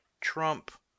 Trump